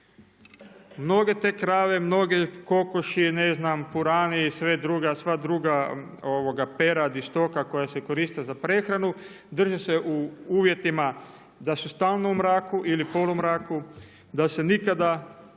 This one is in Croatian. Mnoge te krave, mnoge kokoši, ne znam purani i sva druga perad i stoka koja se koriste za prehranu drže se u uvjetima da su stalno u mraku ili polu mraku, da se nikada